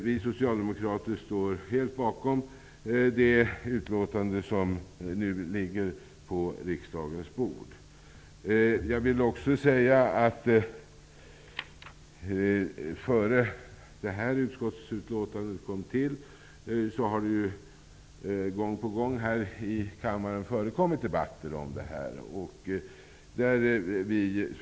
Vi socialdemokrater står helt bakom det utlåtande som nu ligger på riksdagens bord. Innan det här utskottsutlåtandet tillkom har det gång på gång här i kammaren förekommit debatter i detta ärende.